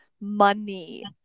money